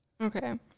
Okay